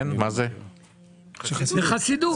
זאת חסידות.